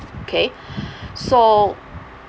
okay so